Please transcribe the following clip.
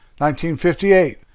1958